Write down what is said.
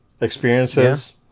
experiences